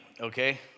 okay